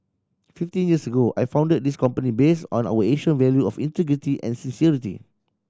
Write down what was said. fifteen years ago I founded this company based on our Asian value of integrity and sincerity